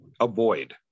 avoid